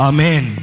Amen